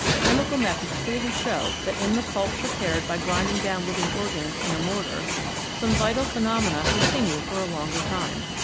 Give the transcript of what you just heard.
chemical methods clearly show that in the pulp prepared by grinding down living organs in a mortar some vital phenomena continue for a longer time.